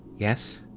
yes?